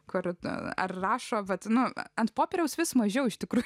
kartą ar rašo vatinuką ant popieriaus vis mažiau iš tikrųjų